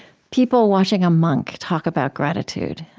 people watching a monk talk about gratitude.